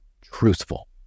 truthful